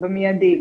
במיידי,